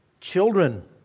Children